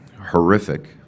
horrific